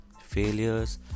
failures